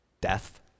Death